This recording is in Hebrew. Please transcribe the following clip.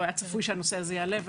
לא היה צפוי שהנושא הזה יעלה,